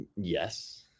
Yes